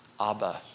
Abba